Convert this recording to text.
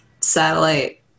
satellite